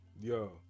yo